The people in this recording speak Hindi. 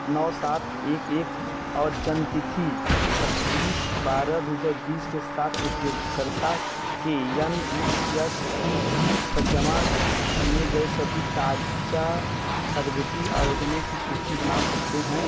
नौ सात एक एक और जन्म तिथि पच्चीस बारह दो हजार बीस के साथ उपयोगकर्ता के यम यस पी के जमा किये गये सभी ताजा छात्रवृत्ति आयोजनों की सूची बना सकते हैं